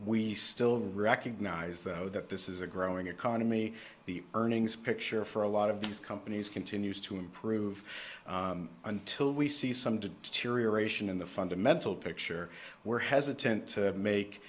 we still recognize though that this is a growing economy the earnings picture for a lot of these companies continues to improve until we see some to deterioration in the fundamental picture where hesitant to make